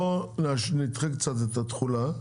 בוא נדחה קצת את התחולה,